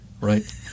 right